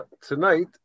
tonight